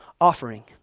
offering